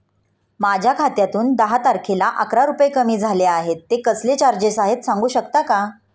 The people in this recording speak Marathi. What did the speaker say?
माझ्या खात्यातून दहा तारखेला अकरा रुपये कमी झाले आहेत ते कसले चार्जेस आहेत सांगू शकता का?